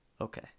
Okay